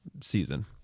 season